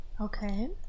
Okay